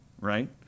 right